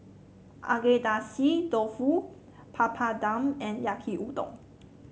Agedashi Dofu Papadum and Yaki Udon